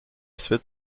suite